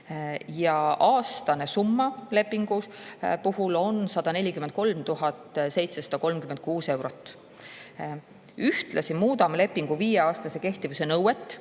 ja aastane summa lepingu puhul on 143 736 eurot. Ühtlasi muudame lepingu viieaastase kehtivuse nõuet,